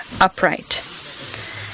upright